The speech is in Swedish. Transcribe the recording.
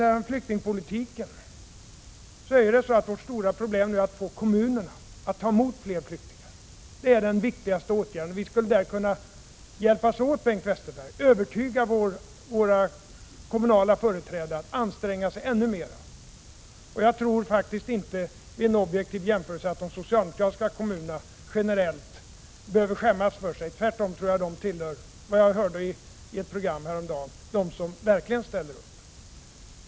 Beträffande flyktingpolitiken är det stora problemet nu att få kommunerna att ta emot fler flyktingar. Det är den viktigaste åtgärden. Där skulle vi kunna hjälpas åt, Bengt Westerberg, att övertala våra kommunala företrädare att anstränga sig ännu mer. Vid en objektiv jämförelse tror jag faktiskt inte att de socialdemokratiskt styrda kommunerna generellt behöver skämmas för sig — tvärtom tillhör de enligt vad jag hörde i ett program häromdagen dem som verkligen ställer upp.